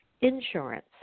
insurance